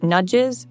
nudges